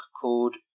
called